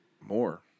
More